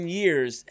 years